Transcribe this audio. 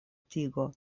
tigo